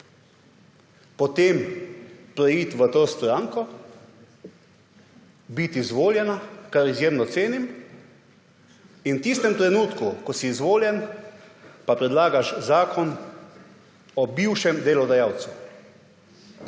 potem pa preiti v to stranko, biti izvoljena, kar izjemno cenim. V tistem trenutku, ko si izvoljen, pa predlagaš zakon o bivšem delodajalcu,